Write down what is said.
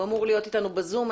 הוא אמור להיות אתנו בזום.